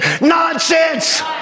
Nonsense